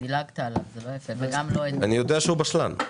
אני יודע שהוא בשלן.